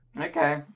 Okay